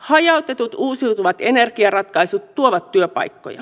hajautetut uusiutuvat energiaratkaisut tuovat työpaikkoja